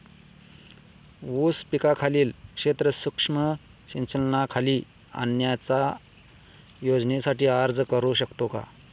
ऊस पिकाखालील क्षेत्र सूक्ष्म सिंचनाखाली आणण्याच्या योजनेसाठी अर्ज करू शकतो का?